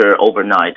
overnight